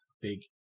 Big